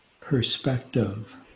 perspective